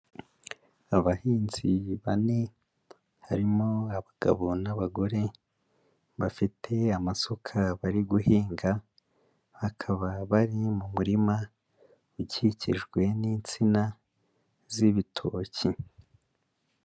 Abahinzi bane harimo abagabo n'abagore bafite amasuka bari guhinga, bakaba bari mu murima ukikijwe n'insina z'ibitoki.